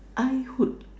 I would